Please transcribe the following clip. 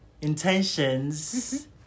intentions